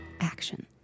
Action